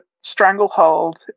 stranglehold